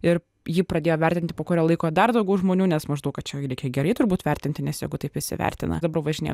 ir jį pradėjo vertinti po kurio laiko dar daugiau žmonių nes maždaug kad reikia gerai turbūt vertinti nes jeigu taip visi vertina dabar važinėja